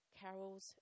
carols